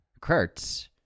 Kurtz